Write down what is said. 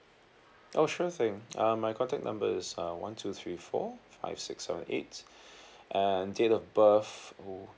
oh sure thing um my contact number is uh one two three four five six seven eight and date of birth